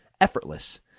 effortless